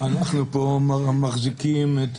אנחנו פה מחזיקים את